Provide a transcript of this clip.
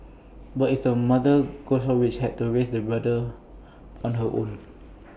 but IT was the mother goshawk which had to raise the brood on her own